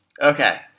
Okay